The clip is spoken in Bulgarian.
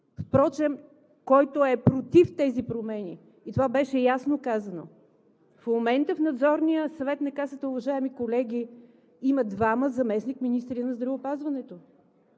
впрочем против тези промени и това беше ясно казано?! В момента в Надзорния съвет на Касата, уважаеми колеги, има двама заместник-министри на здравеопазването,